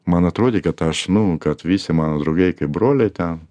man atrodė kad aš nu kad visi mano draugai kaip broliai ten